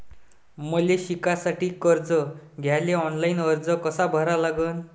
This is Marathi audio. मले शिकासाठी कर्ज घ्याले ऑनलाईन अर्ज कसा भरा लागन?